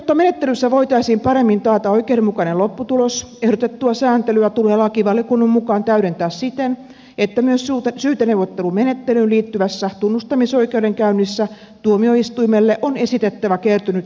jotta menettelyssä voitaisiin paremmin taata oikeudenmukainen lopputulos ehdotettua sääntelyä tulee lakivaliokunnan mukaan täydentää siten että myös syyteneuvottelumenettelyyn liittyvässä tunnustamisoikeudenkäynnissä tuomioistuimelle on esitettävä kertynyt esitutkintamateriaali